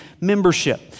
membership